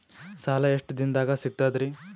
ಸಾಲಾ ಎಷ್ಟ ದಿಂನದಾಗ ಸಿಗ್ತದ್ರಿ?